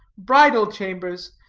bridal chambers,